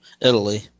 Italy